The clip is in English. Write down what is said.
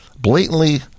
blatantly